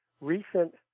recent